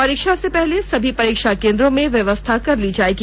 परीक्षा से पहले सभी परीक्षा केंद्रों में व्यवस्था कर ली जाएगी